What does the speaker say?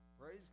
praise